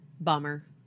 Bummer